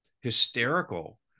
hysterical